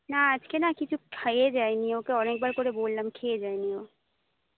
না আজকে না কিছু খেয়ে যায়নি ওকে অনেকবার করে বললাম খেয়ে যায়নি ও